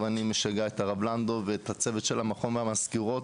ואני משגע את הרב לנדאו ואת הצוות של המכון והמזכירות